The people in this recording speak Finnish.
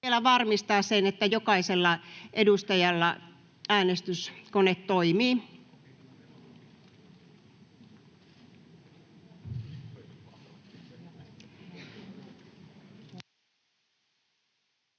varmistaa sen, että jokaisella edustajalla äänestyskone toimii.